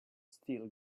still